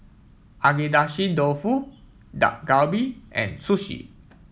Agedashi Dofu Dak Galbi and Sushi